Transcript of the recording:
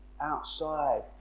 outside